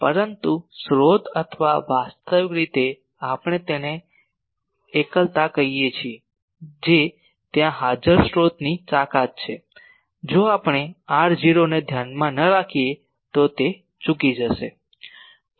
પરંતુ સ્રોત અથવા વાસ્તવિક રીતે આપણે તેને એકલતા કહીએ છીએ જે ત્યાં હાજર સ્રોતની તાકાત છે જો આપણે r 0 ને ધ્યાનમાં ન રાખીએ તો તે ચૂકી જશે